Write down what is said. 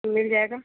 मिल जाएगा